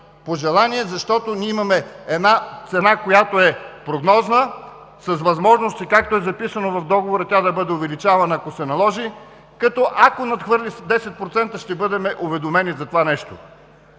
Пожелание, защото ние имаме една цена, която е прогнозна, с възможности, както е записано в Договора, тя да бъде увеличавана, ако се наложи, като, ако надхвърли с 10%, ще бъдем уведомени за това нещо.